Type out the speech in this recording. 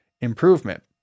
improvement